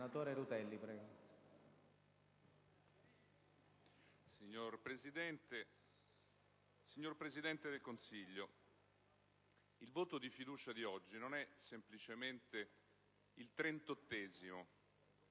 signor Presidente del Consiglio, il voto di fiducia di oggi non è semplicemente il trentottesimo